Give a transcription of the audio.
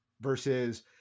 versus